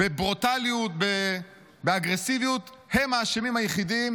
בברוטליות, באגרסיביות, הם האשמים היחידים